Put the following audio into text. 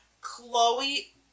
chloe